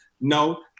no